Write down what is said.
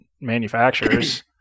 manufacturers